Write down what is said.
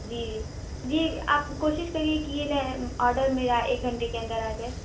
جی جی جی آپ کوشش کریے کہ یہ آڈر میرا ایک گھنٹے کے اندر آ جائے